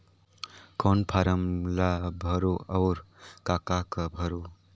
कौन फारम ला भरो और काका भरो?